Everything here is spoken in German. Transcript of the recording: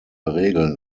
regeln